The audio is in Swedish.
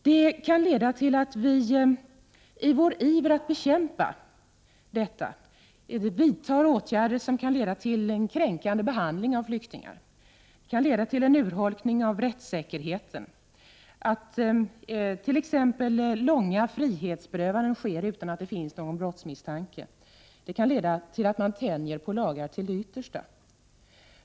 Det kan få till följd att vi, i vår iver att bekämpa detta, vidtar åtgärder som leder till en kränkande behandling av flyktingar och till en urholkning av rättssäkerheten, exempelvis genom att långa frihetsberövanden sker utan att det finns någon brottsmisstanke. Det kan också leda till att man tänjer på lagar till det yt: sta.